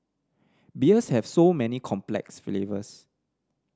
beers have so many complex flavours